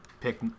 pick